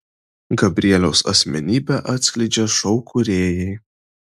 gabrieliaus asmenybę atskleidžia šou kūrėjai